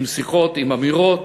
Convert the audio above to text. עם שיחות, עם אמירות,